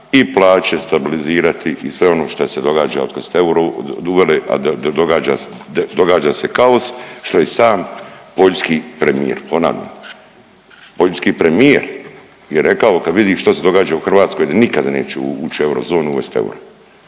i plaće stabilizirati i sve ono što se događa od kad ste euro uveli, a događa se kaos, što je sam poljski premijer, ponavljam, poljski premijer je rekao kad vidi što se događa u Hrvatskoj, nikada neće ući u eurozonu i uvesti euro,